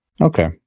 okay